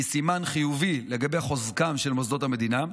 וזה סימן חיובי לגבי חוזקם של מוסדות המדינה,